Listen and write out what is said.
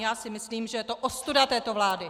Já si myslím, že je to ostuda této vlády!